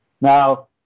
Now